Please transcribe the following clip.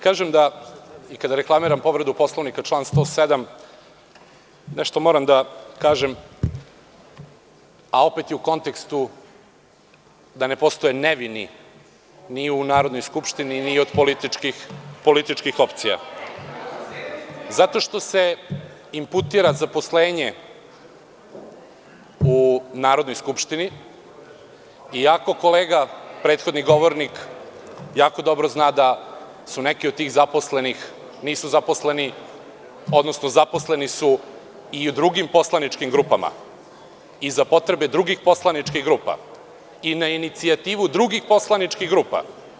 Kada reklamiram povredu Poslovnika član 107. nešto moram da kažem, a opet je u kontekstu da ne postoje nevini u Narodnoj skupštini ni od političkih opcija zato što se imputira zaposlenje u Narodnoj skupštini, iako prethodni kolega govornik jako dobro zna da neki od tih zaposlenih zaposleni su i u drugim poslaničkim grupama za potrebe drugih poslaničkih grupa i na inicijativu drugih poslaničkih grupa.